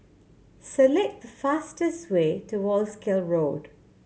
select the fastest way to Wolskel Road